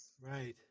Right